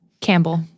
Campbell